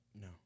no